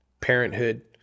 parenthood